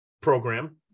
program